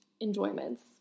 enjoyments